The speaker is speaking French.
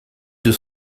deux